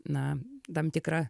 na tam tikra